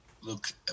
look